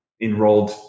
enrolled